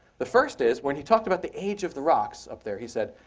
the first is when he talked about the age of the rocks up there he said,